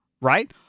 right